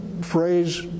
phrase